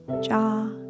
jaw